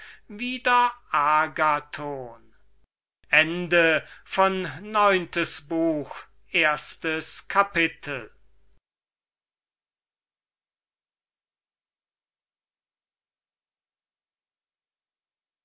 des agathon viertes buch erstes kapitel